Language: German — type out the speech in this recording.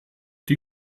die